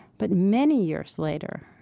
but many years later,